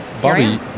Bobby